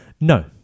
No